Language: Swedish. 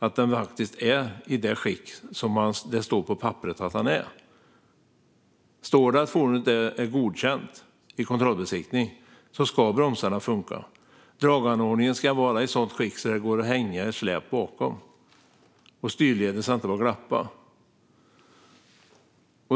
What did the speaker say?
är den i det skick som det står på papperet att bilen är. Står det att fordonet är godkänt i kontrollbesiktning ska bromsarna funka. Draganordningen ska vara i ett sådant skick att det går att hänga ett släp bakom, och styrleden ska inte glappa.